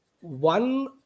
one